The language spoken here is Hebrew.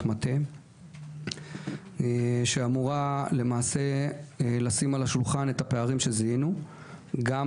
מטה שאמורה לשים על השולחן את הפערים שזיהינו,